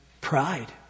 pride